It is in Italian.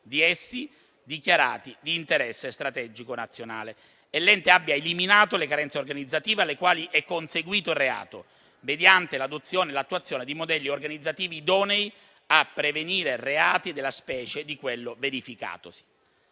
di essi - dichiarati di interesse strategico nazionale e l'ente abbia eliminato le carenze organizzative alle quali è conseguito il reato mediante l'adozione e l'attuazione di modelli organizzativi idonei a prevenire reati della specie di quello verificatosi.